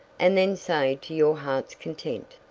and then say to your heart's content.